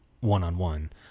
one-on-one